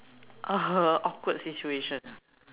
a awkward situation